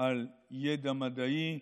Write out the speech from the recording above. על ידע מדעי,